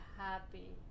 happy